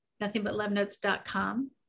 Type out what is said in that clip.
nothingbutlovenotes.com